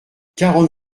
quarante